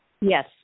Yes